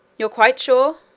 you're quite sure?